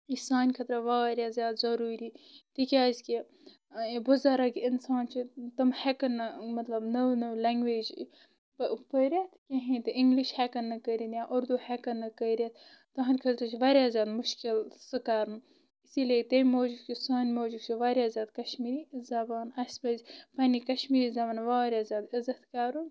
یہ چھِ سانہِ خٲطرٕ واریاہ زیادٕ ضروٗری تِکیازِ کہِ بُزرگ اِنسان چھِ تِم ہیٚکن نہٕ مطلب نٔو نٔو لینگویج پرِتھ کِہیٖنۍ تہِ اِنگلِش ہیکن نہٕ کٔرِتھ یا اُردو ہیکن نہ کٔرتھ تہنٛد خٲطرٕ چھُ واریاہ زیادٕ مُشکِل سُہ کرُن اِسی لیے تم موٗجوٗب سانہِ موٗجوٗب چھُ واریاہ زیادٕ کشمیٖری زبان اسہِ پٔزِ پنٕنہِ کشمیٖری زبان واریاہ زیادٕ عِزت کرُن